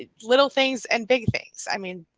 ah little things and big things, i mean,